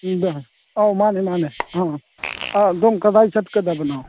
ꯑꯧ ꯃꯥꯅꯦ ꯃꯥꯅꯦ ꯑꯥ ꯑꯥ ꯑꯗꯣꯃ ꯀꯗꯥꯏ ꯆꯠꯀꯗꯕꯅꯣ